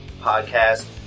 podcast